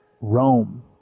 Rome